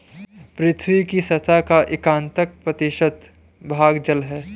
पृथ्वी की सतह का इकहत्तर प्रतिशत भाग जल है